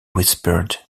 whispered